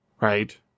right